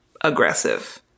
aggressive